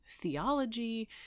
theology